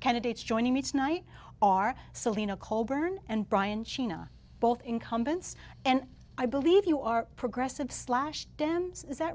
candidates joining me tonight are selena coburn and brian cina both incumbents and i believe you are progressive slash dems is that